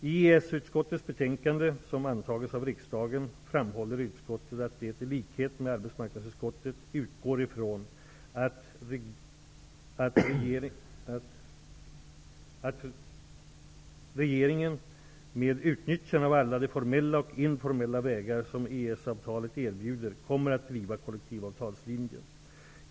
I EES utskottets betänkande, som antagits av riksdagen, framhåller utskottet att det, i likhet med arbetsmarknadsutskottet, utgår ifrån att regeringen med utnyttjande av alla de formella och informella vägar som EES-avtalet erbjuder kommer att driva kollektivavtalslinjen.